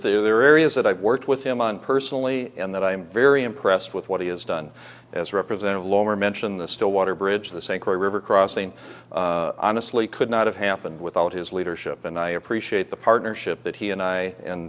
are areas that i've worked with him on personally in that i am very impressed with what he has done as representative lower mentioned the still water bridge the sacred river crossing honestly could not have happened without his leadership and i appreciate the partnership that he and i and